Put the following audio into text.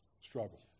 struggle